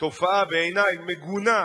תופעה מגונה בעיני,